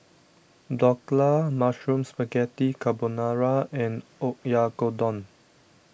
Dhokla Mushroom Spaghetti Carbonara and Oyakodon